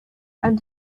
and